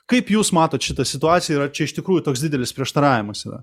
kaip jūs matot šitą situaciją ir ar čia iš tikrųjų toks didelis prieštaravimas yra